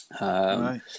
Right